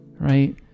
right